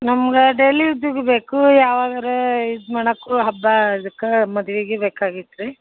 ನಮ್ಗೆ ಡೈಲಿ ಯೂಸಿಗೆ ಬೇಕು ಯಾವಾಗಾರ ಇದು ಮಾಡೋಕ್ಕು ಹಬ್ಬ ಇದಕ್ಕೆ ಮದ್ವೆಗೆ ಬೇಕಾಗಿತ್ತು ರೀ